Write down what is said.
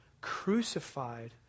crucified